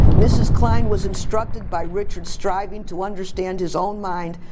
mrs. klein was instructed by richard striving to understand his own mind,